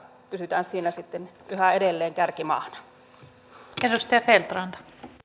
pysytään siinä sitten yhä edelleen kärkimaana